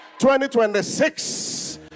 2026